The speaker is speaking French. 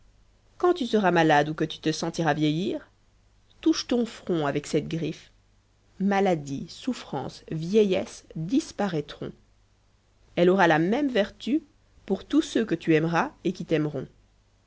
quand tu seras malade ou que tu te sentiras vieillir touche ton front avec cette griffe maladie souffrance vieillesse disparaîtront elle aura la même vertu pour tous ceux que tu aimeras et qui t'aimeront